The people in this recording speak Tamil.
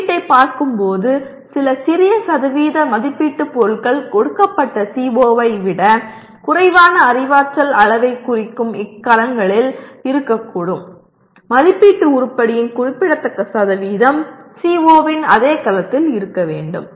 மதிப்பீட்டை பார்க்கும்போது சில சிறிய சதவீத மதிப்பீட்டு பொருட்கள் கொடுக்கப்பட்ட CO ஐ விட குறைவான அறிவாற்றல் அளவைக் குறிக்கும் கலங்களில் இருக்கக்கூடும் மதிப்பீட்டு உருப்படியின் குறிப்பிடத்தக்க சதவீதம் CO இன் அதே கலத்தில் இருக்க வேண்டும்